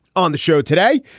on the show today,